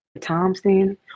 Thompson